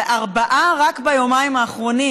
וארבעה רק ביומיים האחרונים.